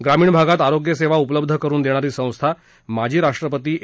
ग्रामीण भागात आरोग्य सेवा उपलब्ध करुन देणारी संस्था माजी राष्ट्रपती ए